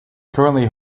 currently